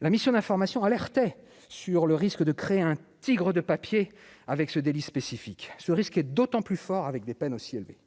La mission d'information alertait sur le risque de créer un tigre de papier avec ce délit spécifique, ce risque est d'autant plus fort avec des peines aussi élevé